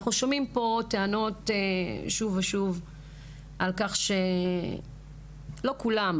אנחנו שומעים פה טענות שוב ושוב על כך שלא כולם,